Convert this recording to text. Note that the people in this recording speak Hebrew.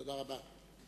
תודה רבה.